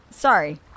Sorry